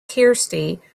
kirsty